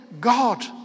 God